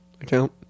account